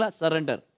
surrender